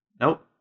Nope